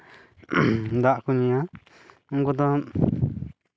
ᱫᱟᱜ ᱠᱚ ᱧᱩᱭᱟ ᱩᱱᱠᱩ ᱫᱚ